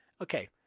Okay